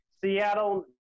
Seattle